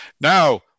Now